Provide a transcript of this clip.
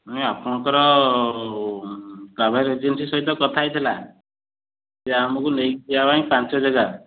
ମୁଇଁ ଆପଣଙ୍କର travel agency ସହିତ କଥା ହେଇଥିଲା ସେ ଆମକୁ ନେଇକି ଯିଆ ପାଇଁ ପାଞ୍ଚ ଯେଗା